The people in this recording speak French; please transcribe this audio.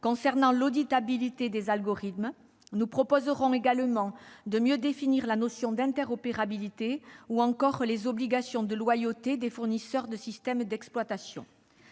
concernant l'auditabilité des algorithmes. Nous proposerons également de mieux définir la notion d'interopérabilité, ou encore les obligations de loyauté des fournisseurs de systèmes d'exploitation.